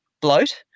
bloat